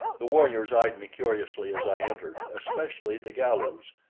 the warriors eyed me curiously as i entered, especially the galus,